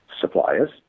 suppliers